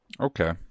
Okay